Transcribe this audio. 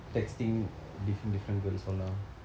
texting different different girls all now